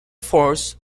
force